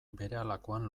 berehalakoan